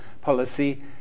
policy